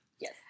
yes